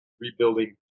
rebuilding